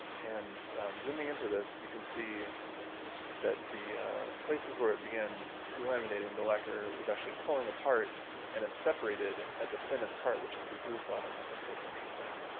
and zooming into this, you can see that the places where it began delaminating the lacquer was actually pulling apart and it separated at the thinnest part, which is the groove bottom. i think that's interesting.